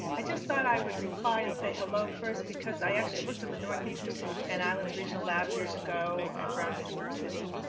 i just thought i would reply and say hello first because i actually worked in the northeastern and islands regional lab years ago at brown university,